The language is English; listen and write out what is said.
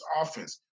offense